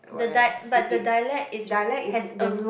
the dia~ but the dialect is has a